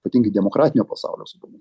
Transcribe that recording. ypatingai demokratinio pasaulio saugumui